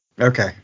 Okay